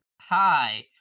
Hi